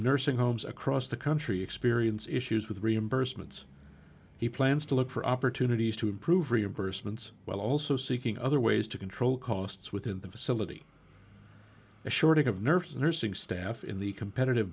nursing homes across the country experience issues with reimbursements he plans to look for opportunities to improve reimbursements while also seeking other ways to control costs within the facility the shortage of nurses nursing staff in the competitive